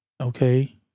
Okay